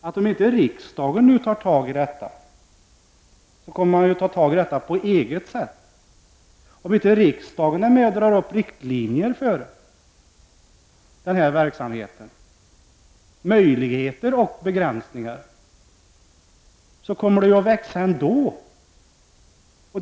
Om inte riksdagen tar tag i problemet, kommer andra att göra det på sitt eget sätt. Om inte riksdagen drar upp riktlinjerna för den här verksamheten — möjligheter och begränsningar —, kommer den i alla fall att växa.